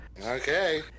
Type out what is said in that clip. Okay